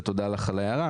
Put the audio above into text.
ותודה לך חוה על ההערה.